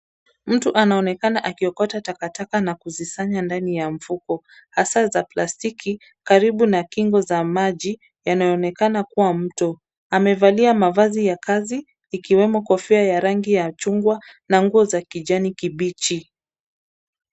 Mtu anaonekana akiokota takataka na kuzisanya ndani ya mfuko, hasa za plastiki karibu na kingo za maji yanayoonekana kuwa mto. Amevalia mavazi ya kazi ikiwemo kofia ya rangi ya chungwa na nguo za kijani kibichi.